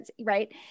right